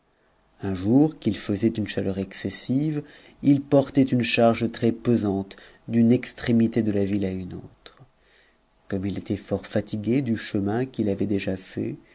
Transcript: un jour qu'il faisait uue chaleur excessive il portait une charge res pcsante d'une extrémité de la ville à une autre comme il était fort fatigue du chemin qu'il avait déjà fait